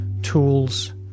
tools